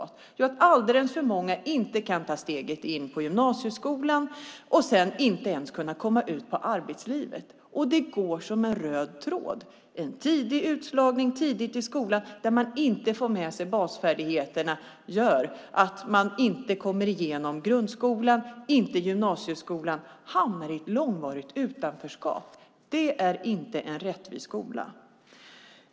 Jo, det leder till att alldeles för många inte kan ta steget in på gymnasieskolan och inte ens kan komma ut i arbetslivet. Detta går som en röd tråd. En tidig utslagning i skolan där man inte får med sig basfärdigheterna och inte kommer igenom grundskolan och gymnasieskolan gör att man hamnar i ett långvarigt utanförskap. Det är inte en rättvis skola.